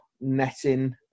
netting